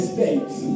States